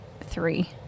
three